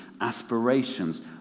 aspirations